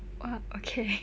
!wah! okay